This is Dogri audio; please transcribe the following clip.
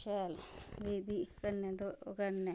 शैल विधि कन्नै ओह् करने